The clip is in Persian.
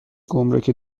گمرک